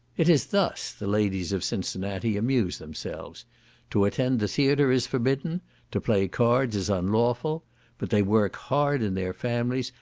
it is thus the ladies of cincinnati amuse themselves to attend the theatre is forbidden to play cards is unlawful but they work hard in their families,